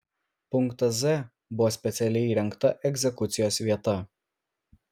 punktas z buvo specialiai įrengta egzekucijos vieta